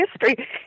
history